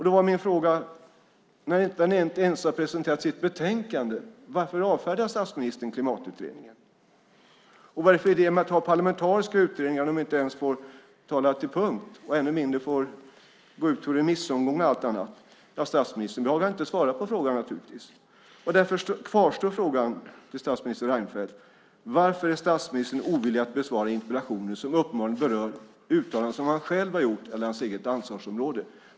Då var min fråga: När den inte ens har presenterat sitt betänkande, varför avfärdar statsministern Klimatutredningen? Vad är det för idé att ha parlamentariska utredningar om de inte ens får tala till punkt och ännu mindre får gå ut på remissomgång och allt annat? Statsministern behagade naturligtvis inte svara på frågan. Därför kvarstår frågan till statsminister Reinfeldt: Varför är statsministern ovillig att besvara interpellationer som uppenbarligen berör uttalanden som han själv har gjort eller hans eget ansvarsområde?